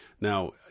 Now